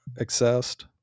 accessed